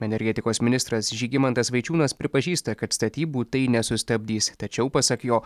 energetikos ministras žygimantas vaičiūnas pripažįsta kad statybų tai nesustabdys tačiau pasak jo